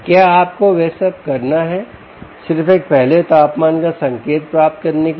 क्या आपको वह सब करना है सिर्फ एक पहले तापमान का संकेत प्राप्त करने के लिए